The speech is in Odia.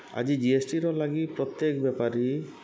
ଆଜି ଜିଏସ୍ଟିର ଲାଗି ପ୍ରତ୍ୟେକ୍ ବେପାରୀ